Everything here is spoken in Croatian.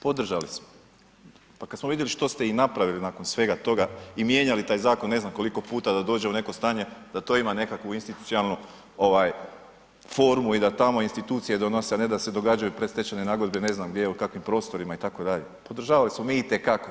Podržali smo, pa kad smo vidjeli što ste i napravili nakon svega toga i mijenjali taj zakon ne znam koliko puta da dođe u neko stanje da to ima nekakvu institucionalnu ovaj formu i tamo institucije donose, a ne da se događaju predstečajne nagodbe ne znam gdje u kakvim prostorima itd., podržavali smo mi i te kako.